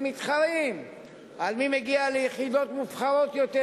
מתחרים מי יגיע ליחידות מובחרות יותר,